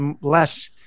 less